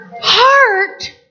Heart